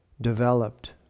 developed